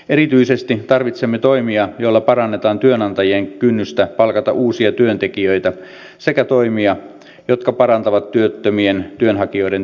erityisesti tarvitsemme toimia joilla parannetaan työnantajien kynnystä palkata uusia työntekijöitä sekä toimia jotka parantavat työttömien työnhakijoiden työllistymistä